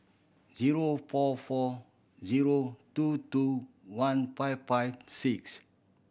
zero four four zero two two one five five six